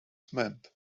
meant